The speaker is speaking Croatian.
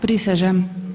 Prisežem.